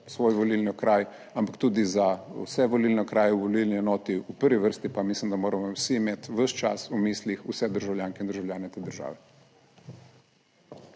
svoj volilni okraj, ampak tudi za vse volilne okraje v volilni enoti. V prvi vrsti pa mislim, da moramo vsi imeti ves čas v mislih vse državljanke in državljane te države.